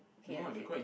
okay lah okay then